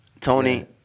Tony